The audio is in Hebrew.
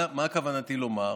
מה כוונתי לומר?